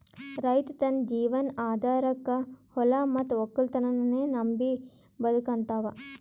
ರೈತ್ ತನ್ನ ಜೀವನ್ ಆಧಾರಕಾ ಹೊಲಾ ಮತ್ತ್ ವಕ್ಕಲತನನ್ನೇ ನಂಬಿ ಬದುಕಹಂತಾವ